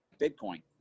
Bitcoin